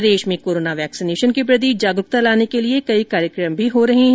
प्रदेश में corona vaccination के प्रति जागरूकता लाने के लिए कई कार्यक्रम भी आयोजित किए जा रहे हैं